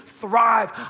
thrive